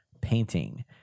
painting